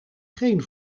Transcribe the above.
geen